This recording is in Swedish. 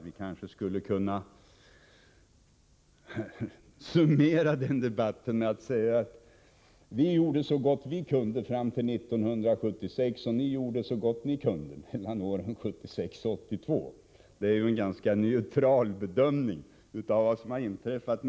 Jag kanske kan få tillåta mig att summera debatten och säga ungefär så här: Vi gjorde så gott vi kunde fram till 1976, och ni gjorde så gott ni kunde mellan åren 1976 och 1982. Det är en ganska neutral bedömning av vad som har inträffat.